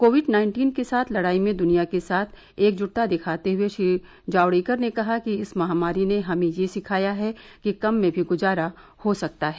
Covid nineteen के साथ लड़ाई में दुनिया के साथ एकजुटता दिखाते हुए श्री जावडेकर ने कहा कि इस महामारी ने हमें सिखाया है कि कम में भी गुजारा हो सकता है